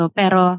pero